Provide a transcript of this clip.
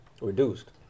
Reduced